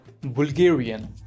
Bulgarian